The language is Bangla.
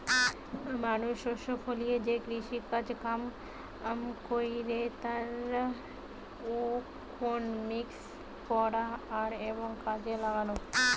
মানুষ শস্য ফলিয়ে যে কৃষিকাজ কাম কইরে তার ইকোনমিক্স পড়া আর এবং কাজে লাগালো